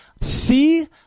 see